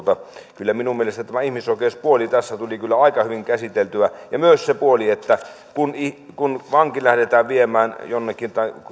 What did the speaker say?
kyllä minun mielestäni tämä ihmisoikeuspuoli tässä tuli aika hyvin käsiteltyä ja myös se puoli että kun vankia tai tutkintavankeudessa olevaa lähdetään viemään jonnekin